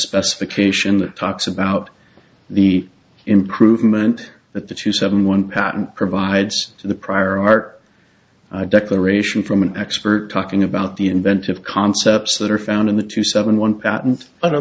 specification that talks about the improvement that the two seven one patent provides to the prior art declaration from an expert talking about the inventive concepts that are found in the two seven one